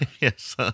Yes